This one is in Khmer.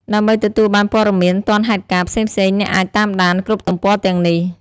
ដើម្បីទទួលបានព័ត៌មានទាន់ហេតុការណ៍ផ្សេងៗ អ្នកអាច តាមដាន គ្រប់ទំព័រទាំងនេះ។